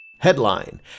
Headline